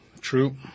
True